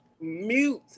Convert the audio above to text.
Mute